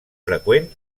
freqüent